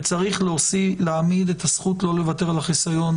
וצריך להעמיד את הזכות לא לוותר על החיסיון